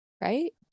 Right